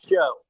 Show